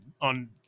on